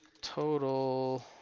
total